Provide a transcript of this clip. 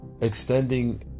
extending